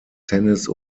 tennis